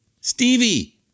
Stevie